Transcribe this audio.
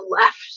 left